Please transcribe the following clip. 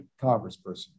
congressperson